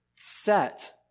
set